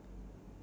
okay